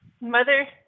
Mother